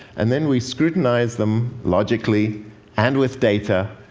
and then we scrutinize them, logically and with data.